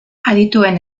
adituen